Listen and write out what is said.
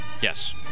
Yes